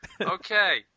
Okay